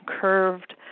curved